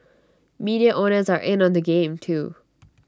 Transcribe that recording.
media owners are in on the game too